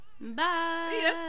Bye